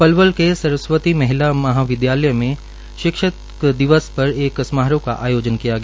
पलवल के सरस्वती महिला महाविदयालय में भी शिक्षक दिवस पर एक समारोह का आयोजन किया गया